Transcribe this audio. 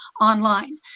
online